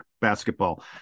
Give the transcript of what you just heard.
basketball